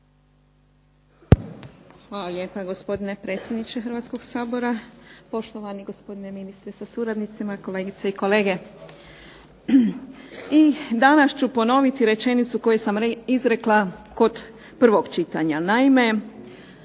Hvala lijepa gospodine predsjedniče Hrvatskog sabora, poštovani gospodine ministre sa suradnicima, kolegice i kolege. I danas ću ponoviti rečenicu koju sam izrekla kod prvog čitanja.